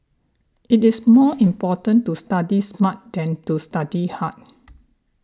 it is more important to study smart than to study hard